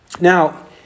Now